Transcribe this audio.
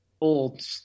old